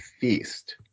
feast